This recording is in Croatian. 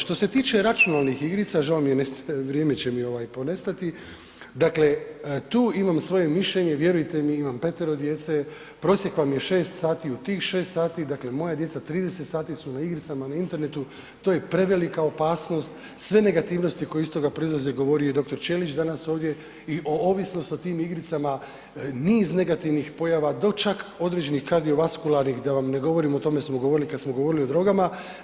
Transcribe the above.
Što se tiče računalnih igrica, žao mi je vrijeme će mi ovaj ponestati, dakle tu imam svoj mišljenje, vjerujte mi imam 5 djece, prosjek vam je 6 sati, u tih 6 sati dakle moja djeca 30 sati su na igricama na internetu, to je prevelika opasnost, sve negativnosti koje iz toga proizlaze govori je i doktor Ćelić danas ovdje i o ovisnost o tim igricama, niz negativnih pojava, do čak određenih kardiovaskularnih da vam ne govorim, o tome smo govorili kad smo govorili o drogama.